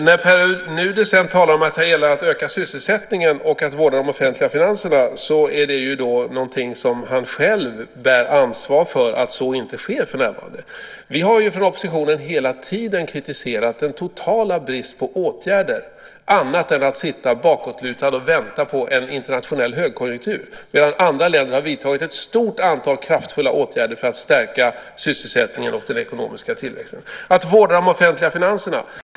Sedan talar Pär Nuder om att det gäller att öka sysselsättningen och vårda de offentliga finanserna. Det är ju han själv som bär ansvaret för att så inte sker för närvarande. Vi i oppositionen har hela tiden kritiserat den totala bristen på åtgärder annat än att sitta bakåtlutad och vänta på en internationell högkonjunktur. Andra länder har vidtagit ett stort antal kraftfulla åtgärder för att stärka sysselsättningen och den ekonomiska tillväxten. Det gäller att vårda de offentliga finanserna.